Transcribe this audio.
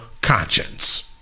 conscience